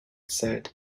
said